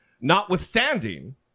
notwithstanding